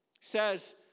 says